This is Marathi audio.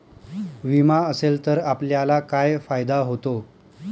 विमा असेल तर आपल्याला काय फायदा होतो?